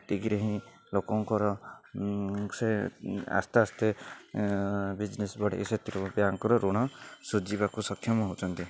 ସେତିକିରେ ହିଁ ଲୋକଙ୍କର ସେ ଆସ୍ତେ ଆସ୍ତେ ବିଜନେସ୍ ବଢ଼ାଇ ସେଥିରୁ ବ୍ୟାଙ୍କରୁ ଋଣ ସୁଝିବାକୁ ସକ୍ଷମ ହେଉଛନ୍ତି